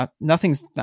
nothing's